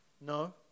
No